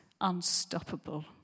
unstoppable